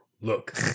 Look